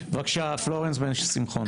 בבקשה, פלורנס בן שמחון.